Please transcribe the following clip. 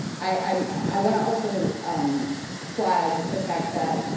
i want to also flagged the fact that,